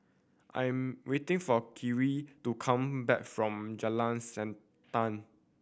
I am waiting for Kirk to come back from Jalan Siantan